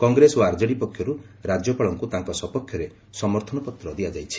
କଂଗ୍ରେସ ଓ ଆର୍ଜେଡି ପକ୍ଷରୁ ରାଜ୍ୟପାଳଙ୍କୁ ତାଙ୍କ ସପକ୍ଷରେ ସମର୍ଥନପତ୍ର ଦିଆଯାଇଛି